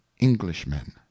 englishmen